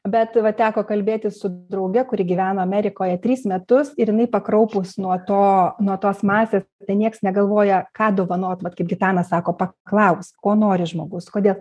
bet va teko kalbėtis su drauge kuri gyvena amerikoje tris metus ir jinai pakraupus nuo to nuo tos masės ten nieks negalvoja ką dovanot vat kaip gitana sako paklausk ko nori žmogus kodėl